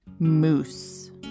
Moose